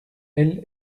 elle